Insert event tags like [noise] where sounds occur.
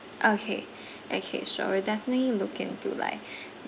okay [breath] okay sure we'll definitely look into like [breath]